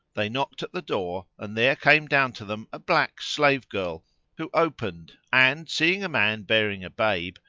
they knocked at the door, and there came down to them a black slave girl who opened and, seeing a man bearing a babe,